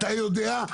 אתה יודע.